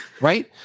right